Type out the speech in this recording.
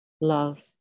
love